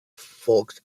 folk